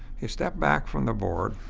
he stepped back from the board,